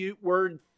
word